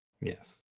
yes